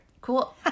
Cool